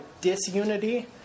disunity